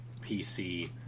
pc